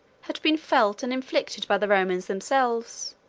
had been felt and inflicted by the romans themselves,